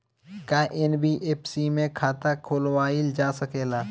का एन.बी.एफ.सी में खाता खोलवाईल जा सकेला?